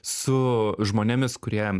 su žmonėmis kurie